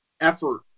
effort